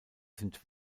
sind